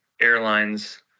airlines